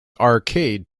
arcade